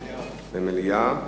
מליאה.